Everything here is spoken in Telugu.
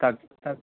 కాద్ కాద్